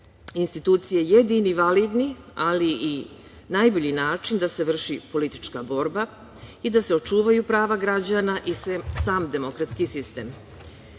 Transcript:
institucije jedini validni, ali i najbolji način da se vrši politička borba i da se očuvaju prava građana i sam demokratski sistem. Pred